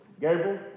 Gabriel